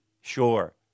sure